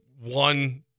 one